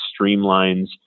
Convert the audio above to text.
streamlines